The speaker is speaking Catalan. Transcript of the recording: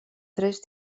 tres